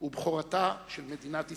ועל בכורתה של מדינת ישראל,